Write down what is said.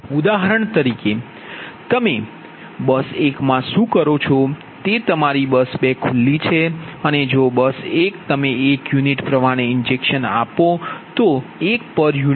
ઉદાહરણ તરીકે કે તમે બસ 1 માં શું કરો છો તે તમારી બસ 2 ખુલ્લી છે અને જો બસ 1 તમે 1 યુનિટ પ્ર્વાહને ઇન્જેક્શન આપો છો તો તમે 1 p